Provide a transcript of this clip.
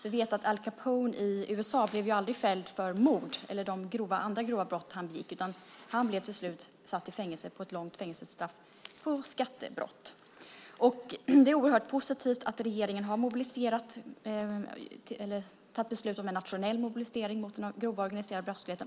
Vi vet att Al Capone i USA aldrig blev fälld för mord eller de andra grova brott som han begick, utan han fick till slut ett långt fängelsestraff på grund av skattebrott. Det är oerhört positivt att regeringen har beslutat om en nationell mobilisering mot den grova organiserade brottsligheten.